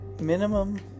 minimum